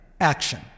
action